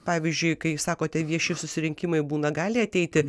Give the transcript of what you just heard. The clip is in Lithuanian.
pavyzdžiui kai sakote vieši susirinkimai būna gali ateiti